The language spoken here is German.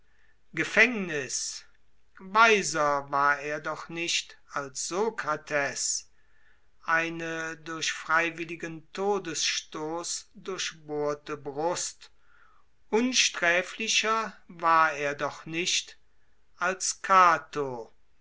gefängniß weiser war er doch nicht als sokrates eine durch freiwilligen todesstoß durchbohrte brust unsträflicher war er doch nicht als cato